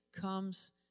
comes